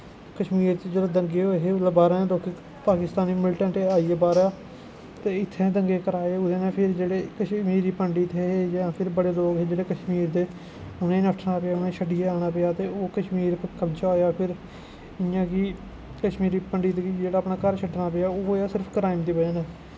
कश्मीर च जिसलै दंगे होए हे उसलै बाह्रे दे लोकें पाकिस्तानी मिलिटैंट आइयै बाह्रा दा ते इत्थै दंगे कराए फिर इत्थै ओह्दै न कश्मीरी पंडित हे जां बड़े लोग हे कश्मीर दे उ'नें नट्ठना पेआ छड्डियै औना पेआ ते ओ कश्मीर पर कब्जा होआ फिर इ'यां कि कश्मीरी पंडित बी अपना घर छड्डना पेआ ओह् सिर्फ क्राईम दी बजह् कन्नै